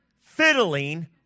fiddling